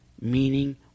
meaning